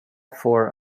four